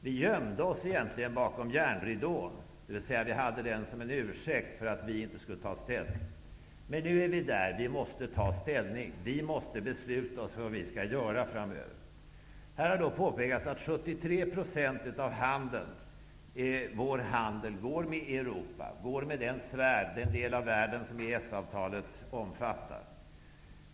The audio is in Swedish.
Vi gömde oss bakom järnridån, dvs vi hade den som ursäkt för att inte ta ställning. Men nu är vi där, och vi måste ta ställning. Vi måste besluta oss för vad vi skall göra framöver. Här har påpekats att 73 % av vår handel sker med Europa, med den del av världen som EES-avtalet omfattar.